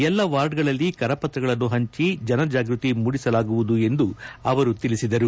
ಎಲ್ಲಾ ವಾರ್ಡ್ಗಳಲ್ಲಿ ಕರಪತ್ರಗಳನ್ನು ಹಂಚಿ ಜನಜಾಗೃತಿ ಮೂಡಿಸಲಾಗುವುದು ಎಂದು ಅವರು ಹೇಳಿದ್ದಾರೆ